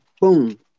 Boom